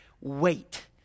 wait